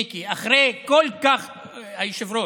מיקי, היושב-ראש,